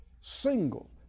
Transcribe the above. Single